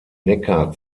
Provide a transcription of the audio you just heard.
neckar